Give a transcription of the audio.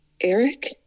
Eric